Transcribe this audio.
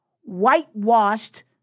whitewashed